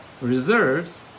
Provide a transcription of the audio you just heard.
reserves